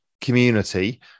community